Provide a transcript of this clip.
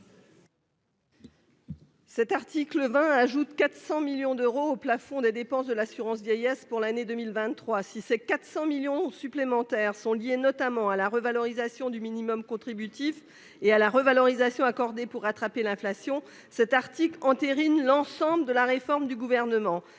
Cet article 20 ajoutent 400 millions d'euros au plafond des dépenses de l'assurance vieillesse pour l'année 2023 si ces 400 millions supplémentaires sont liés notamment à la revalorisation du minimum contributif et à la revalorisation accordée pour rattraper l'inflation cet article entérine l'ensemble de la réforme du gouvernement